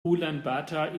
ulaanbaatar